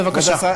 בבקשה.